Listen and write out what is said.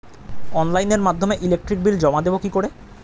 অনলাইনের মাধ্যমে electric bill জমা দেবো কি করে?